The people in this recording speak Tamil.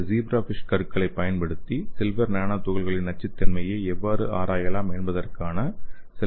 இந்த ஜீப்ராஃபிஷ் கருக்களைப் பயன்படுத்தி சில்வர் நானோ துகள்களின் நச்சுத்தன்மையை எவ்வாறு ஆராயலாம் என்பதற்கான சில எடுத்துக்காட்டுகளைப் பார்ப்போம்